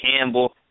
Campbell